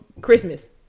Christmas